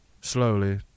slowly